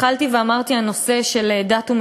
התחלתי ואמרתי: הנושא של דת ומדינה,